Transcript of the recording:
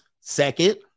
second